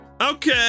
Okay